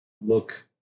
look